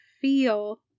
feel